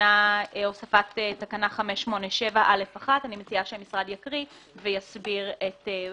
שעניינה הוספת תקנה 587א1. אני מציעה שהמשרד יקריא ויסביר את הצעתו.